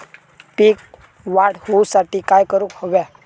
पीक वाढ होऊसाठी काय करूक हव्या?